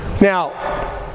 Now